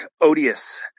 odious